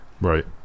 right